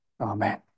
Amen